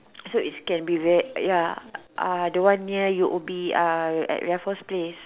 so it can be ver ya uh the one near U_O_B at uh Raffles place